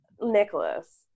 Nicholas